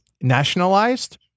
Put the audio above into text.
nationalized